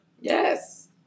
Yes